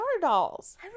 dolls